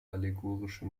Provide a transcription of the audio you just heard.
allegorische